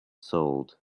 sold